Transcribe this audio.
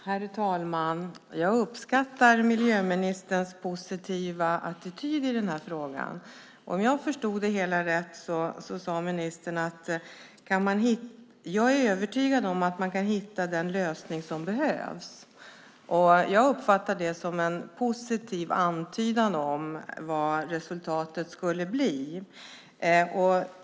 Herr talman! Jag uppskattar miljöministerns positiva attityd i den här frågan. Om jag förstod det hela rätt sade ministern: Jag är övertygad om att man kan hitta den lösning som behövs. Jag uppfattar det som en positiv antydan om vad resultatet kommer att bli.